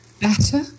better